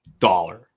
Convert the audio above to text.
dollar